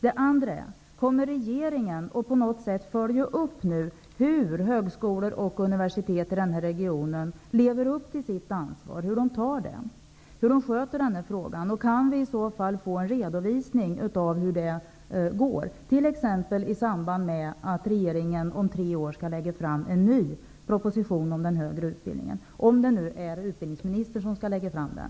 Den andra frågan är om regeringen på något sätt kommer att följa upp hur högskolor och universitet i den här regionen lever upp till sitt ansvar och hur de sköter den här frågan. Kan vi i så fall få en redovisning av hur det går, t.ex. i samband med att regeringen om tre år skall lägga fram en ny proposition om den högre utbildningen, om de nu är utbildningsministern som skall lägga fram den?